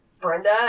Brenda